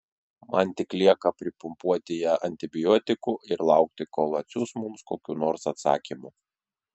man tik lieka pripumpuoti ją antibiotikų ir laukti kol atsiųs mums kokių nors atsakymų